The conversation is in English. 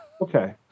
Okay